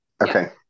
Okay